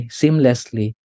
seamlessly